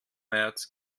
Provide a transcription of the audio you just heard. märz